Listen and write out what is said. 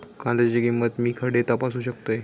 कांद्याची किंमत मी खडे तपासू शकतय?